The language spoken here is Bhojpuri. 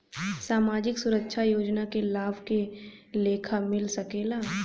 सामाजिक सुरक्षा योजना के लाभ के लेखा मिल सके ला?